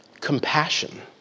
compassion